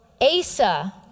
Asa